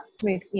smooth